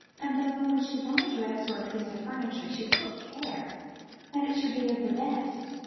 and though, when she bought a dress or a piece of furniture, she took care that it should be of the best,